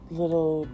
little